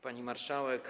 Pani Marszałek!